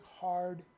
hard